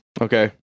Okay